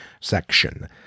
section